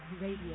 Radio